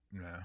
No